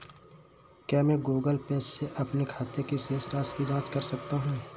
क्या मैं Google Pay से अपने खाते की शेष राशि की जाँच कर सकता हूँ?